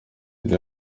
yari